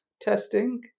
testing